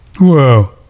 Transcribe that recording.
whoa